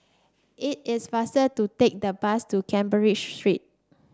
it is faster to take the bus to Street